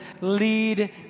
lead